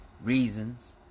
Reasons